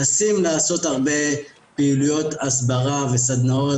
שמנסים לעשות הרבה פעילויות הסברה וסדנאות